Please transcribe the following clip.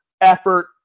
effort